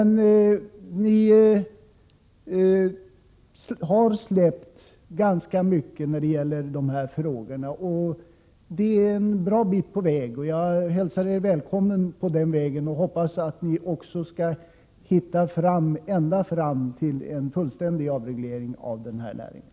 Ni har kommit en bra bit på väg genom att släppa så pass mycket som ni har gjort. Jag hälsar er välkomna på den vägen, och jag förväntar mig att ni skall hitta ända fram till en fullständig avreglering av den här näringen.